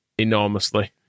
enormously